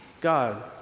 God